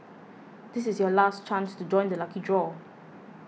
this is your last chance to join the lucky draw